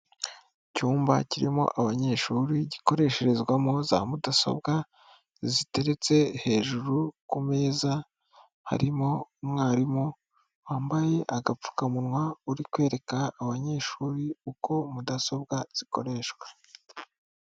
Icyumba kirimo abanyeshuri gikoresherezwamo za mudasobwa ziteretse hejuru ku meza, harimo umwarimu wambaye agapfukamunwa, uri kwereka abanyeshuri uko mudasobwa zikoreshwa.